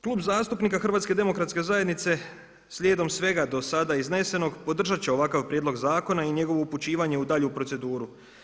Klub zastupnika HDZ-a slijedom svega dosada iznesenog podržat će ovakav prijedlog zakona i njegovo upućivanje u dalju proceduru.